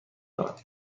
دارم